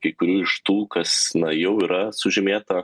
kai kurių iš tų kas na jau yra sužymėta